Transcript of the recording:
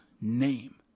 name